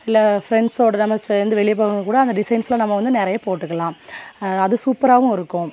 இல்லை ஃப்ரெண்ட்ஸ்ஸோட நம்ம சேர்ந்து வெளியே போகும்போது கூட அந்த டிசைன்ஸ்லாம் நம்ம வந்து நிறைய போட்டுக்கலாம் அது சூப்பராகவும் இருக்கும்